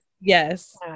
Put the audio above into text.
Yes